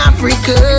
Africa